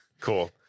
Cool